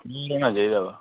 मखीर होना चाहिदा बा